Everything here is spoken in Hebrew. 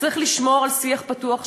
צריך לשמור על שיח פתוח,